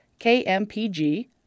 KMPG